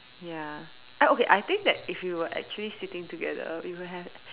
ya I okay I think that if we were actually sitting together we would have